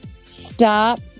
Stop